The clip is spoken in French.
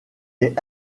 est